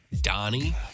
Donnie